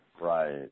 Right